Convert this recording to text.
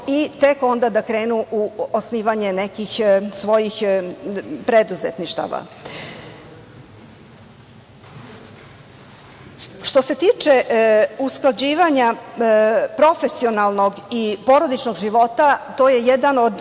i tek onda da krenu u osnivanje nekih svojih preduzetništava. Što se tiče usklađivanja profesionalnog i porodičnog života, to je jedan od